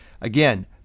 Again